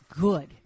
good